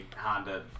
Honda